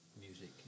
music